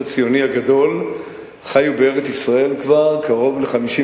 בעיקר כשאנחנו מוציאים מכרזים והרבה לא באים ולא לוקחים,